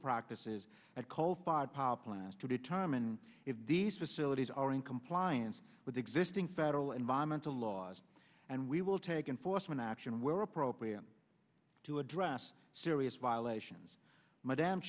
practices at coal fired power plants to determine if these facilities are in compliance with existing federal environmental laws and we will take enforcement action where appropriate to address serious violations madame